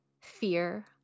fear